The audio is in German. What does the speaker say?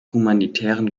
humanitären